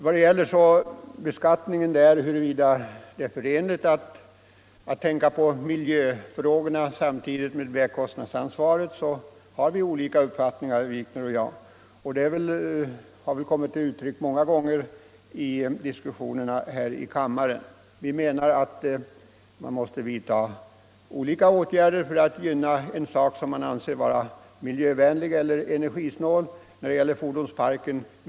När det gäller beskattningen och frågan huruvida det är förenligt att tänka på miljöfrågorna och vägkostnadsansvaret på samma gång, har vi olika uppfattningar herr Wikner och jag. Det har väl kommit till uttryck många gånger i diskussionerna här i kammaren att oppositionen har en annan syn här än regeringen. Jag menar att man måste vidta olika åtgärder för att gynna en sak som man anser vara miljövänlig eller energisnål när det gäller fordonsparken.